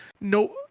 No